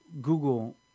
Google